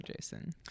Jason